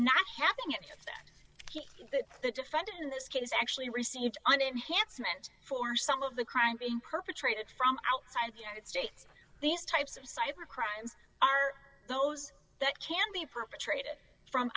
not having it that he that the defendant in this case actually received an enhancement for some of the crimes being perpetrated from outside the united states these types of cyber crimes are those that can be perpetrated from